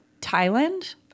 Thailand